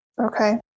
Okay